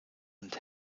und